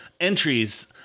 entries